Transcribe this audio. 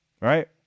right